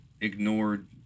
ignored